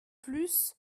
plus